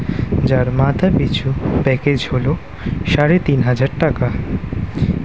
যার মাথা পিছু প্যাকেজ হলো সাড়ে তিন হাজার টাকা